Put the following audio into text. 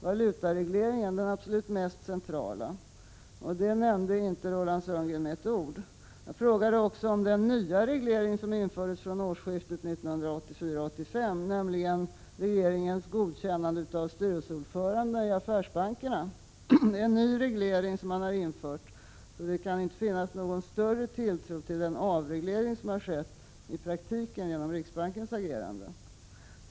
Valutaregleringen är den absolut mest centrala, och den nämnde inte Roland Sundgren med ett ord. Jag frågade också om den nya reglering som infördes från årsskiftet 1984-1985, nämligen regeringens godkännande av styrelseordförandena i affärsbankerna. Det är alltså en ny reglering som man har infört, så det kan inte finnas någon större tilltro till den avreglering som har skett i praktiken genom riksbankens agerande.